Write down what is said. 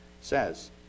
says